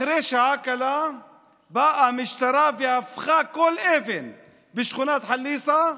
אחרי שעה קלה באה המשטרה והפכה כל אבן בשכונת חליסה,